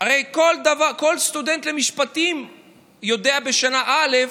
הרי כל סטודנט למשפטים בשנה א'